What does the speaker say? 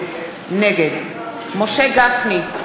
נגד משה גפני,